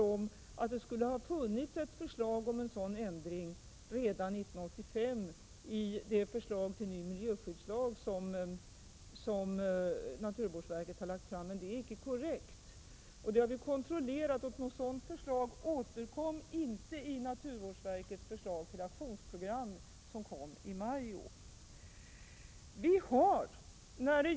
Han sade att det skulle ha funnits ett förslag om en sådan ändring redan 1985 i det förslag till ny miljöskyddslag som naturvårdsverket hade lagt fram, men detta var inte korrekt. Det har vi kontrollerat. Något sådant förslag återkom inte i naturvårdsverkets förslag till aktionsprogram som kom i maj i år.